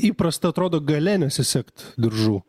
įprasta atrodo gale nesisegt diržų